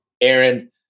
Aaron